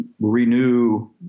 renew